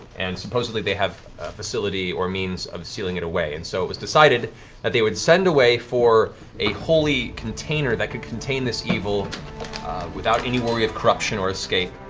and supposedly they have a facility or means of sealing it away. and so it was decided that they would send away for a holy container that could contain this evil without any worry of corruption or escape,